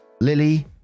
lily